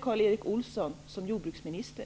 Karl Erik Olsson sitter som jordbruksminister.